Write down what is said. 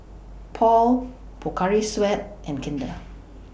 Paul Pocari Sweat and Kinder